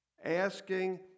Asking